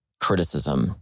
criticism